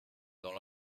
dans